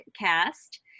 cast